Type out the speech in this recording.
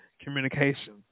communication